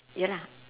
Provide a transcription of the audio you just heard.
ya lah